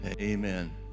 amen